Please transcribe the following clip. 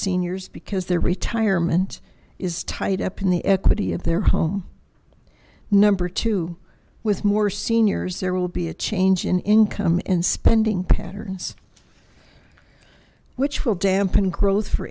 seniors because their retirement is tied up in the equity of their home number two with more seniors there will be a change in income in spending patterns which will dampen growth for